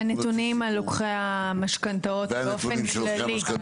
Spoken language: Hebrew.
והנתונים על לוקחי המשכנתאות באופן כללי,